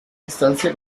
instancia